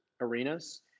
arenas